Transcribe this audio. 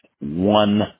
One